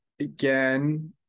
Again